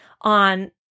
on